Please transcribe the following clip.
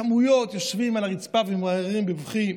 כמויות, יושבים על הרצפה וממררים בבכי,